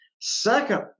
Second